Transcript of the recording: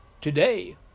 today